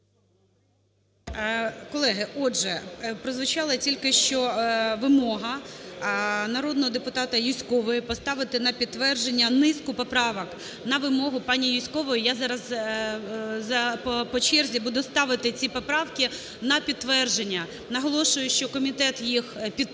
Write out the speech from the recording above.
Колеги, отже, прозвучала тільки що вимога народного депутата Юзькової поставити на підтвердження низку поправок. На вимогу пані Юзькової я зараз по черзі буду ставити ці поправки на підтвердження. Наголошую, що комітет їх підтримав.